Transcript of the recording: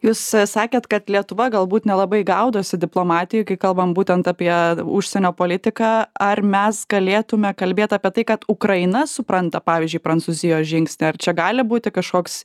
jūs sakėt kad lietuva galbūt nelabai gaudosi diplomatijoj kai kalbam būtent apie užsienio politiką ar mes galėtume kalbėt apie tai kad ukraina supranta pavyzdžiui prancūzijos žingsnį ar čia gali būti kažkoks